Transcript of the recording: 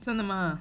真的吗